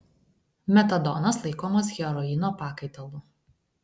metadonas laikomas heroino pakaitalu